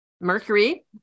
Mercury